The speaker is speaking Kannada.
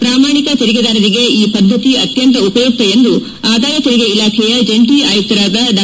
ಪ್ರಾಮಾಣಿಕ ತೆರಿಗೆದಾರರಿಗೆ ಈ ಪದ್ದತಿ ಅತ್ಯಂತ ಉಪಯುಕ್ತ ಎಂದು ಆದಾಯ ತೆರಿಗೆ ಇಲಾಖೆಯ ಜಂಟಿ ಆಯುಕ್ತರಾದ ಡಾ